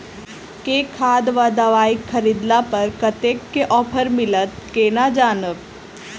केँ खाद वा दवाई खरीदला पर कतेक केँ ऑफर मिलत केना जानब?